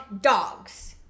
dogs